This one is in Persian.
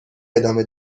ادامه